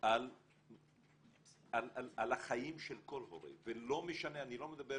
על החיים של כל הורה, ולא משנה, אני לא מדבר